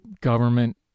government